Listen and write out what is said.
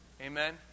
Amen